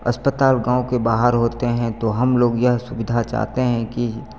अस्पताल गाँव के बाहर होते हैं तो हम लोग यह सुविधा चाहते हैं कि